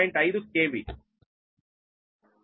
5 KV